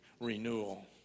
renewal